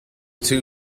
two